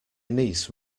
niece